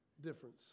difference